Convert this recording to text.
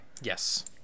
yes